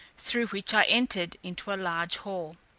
through which i entered into a large hall.